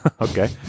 Okay